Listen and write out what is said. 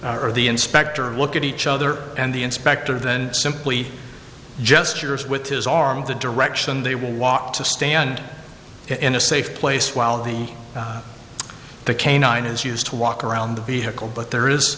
or the inspector look at each other and the inspector then simply gestures with his arm in the direction they will walk to stand in a safe place while the the canine is used to walk around the vehicle but there is